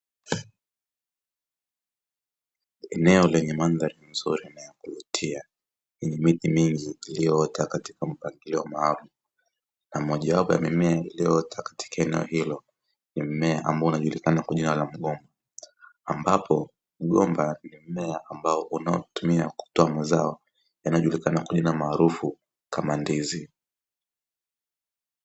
Eneo lenye mandhari nzuri na ya kuvutia yenye miti mingi iliyoota katika mpangilio maalumu, na mojawapo ya mimea iliyoota katika eneo hilo ni mmea ambao unaojulikana kwa jina la mgomba. Ambapo mgomba ni mmea ambao unaotumika kutoa mazao yanayojulikana kwa jina maarufu kama ndizi.